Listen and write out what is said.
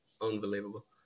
Unbelievable